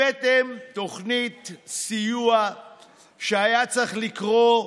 הבאתם תוכנית סיוע שהיה צריך לקרוא,